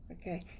Okay